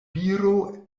viro